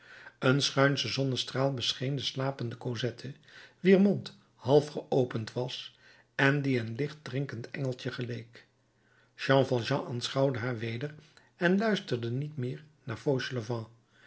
een schuinsche zonnestraal bescheen de slapende cosette wier mond half geopend was en die een licht drinkend engeltje geleek jean valjean aanschouwde haar weder en luisterde niet meer naar